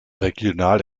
regional